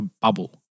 bubble